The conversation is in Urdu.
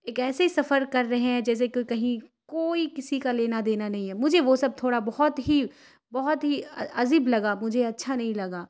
ایک ایسے سفر کر رہے ہیں جیسے کہ کہیں کوئی کسی کا لینا دینا نہیں ہے مجھے وہ سب تھوڑا بہت ہی بہت ہی عجیب لگا مجھے اچھا نہیں لگا